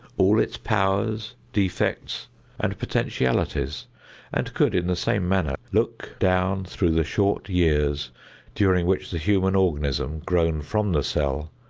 all its powers, defects and potentialities and could, in the same manner, look down through the short years during which the human organism, grown from the cell,